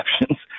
exceptions